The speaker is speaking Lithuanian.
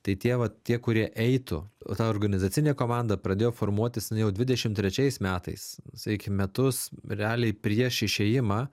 tai tie vat tie kurie eitų o ta organizacinė komanda pradėjo formuotis jinai jau dvidešim trečiais metais sakykim metus realiai prieš išėjimą